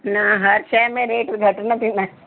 न हर शइ में रेट घटि न थींदा